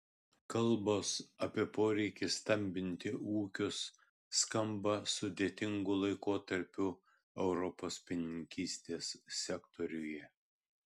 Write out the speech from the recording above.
kalbos apie poreikį stambinti ūkius skamba sudėtingu laikotarpiu europos pienininkystės sektoriuje